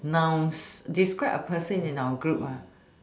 nouns describe a person in our group ah